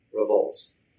revolves